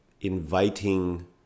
inviting